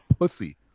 pussy